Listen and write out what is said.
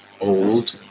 old